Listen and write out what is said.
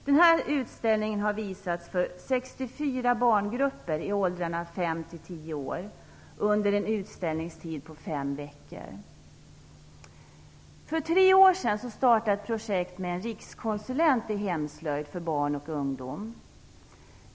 Den här utställningen har visats för För tre år sedan startade ett projekt med en rikskonsulent i hemslöjd för barn och ungdomar.